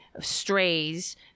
strays